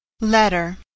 LETTER